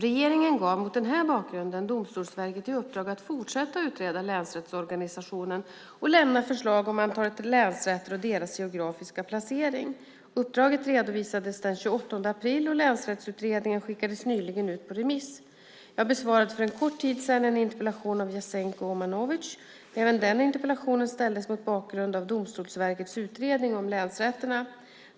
Regeringen gav mot denna bakgrund Domstolsverket i uppdrag att fortsätta utreda länsrättsorganisationen och lämna förslag om antalet länsrätter och deras geografiska placering. Uppdraget redovisades den 28 april, och länsrättsutredningen skickades nyligen ut på remiss. Jag besvarade för en kort tid sedan en interpellation av Jasenko Omanovic. Även den interpellationen ställdes mot bakgrund av Domstolsverkets utredning om länsrätterna.